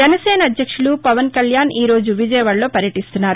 జనసేన అధ్యక్షులు పవన్కళ్యాణ్ ఈ రోజు విజయవాడలో పర్యటిస్తున్నారు